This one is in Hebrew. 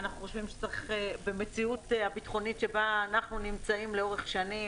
אנחנו חושבים שבמציאות הביטחונית שבה אנחנו נמצאים לאורך שנים,